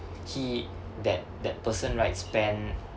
he that that person right spend